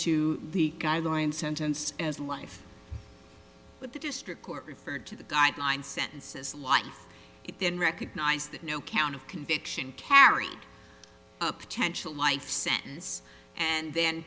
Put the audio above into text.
to the guideline sentence as life but the district court referred to the guideline sentences life it then recognized that no count of conviction carries a potential life sentence and then